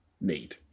need